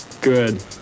Good